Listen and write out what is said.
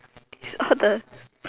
is all the